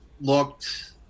looked